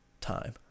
time